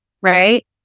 right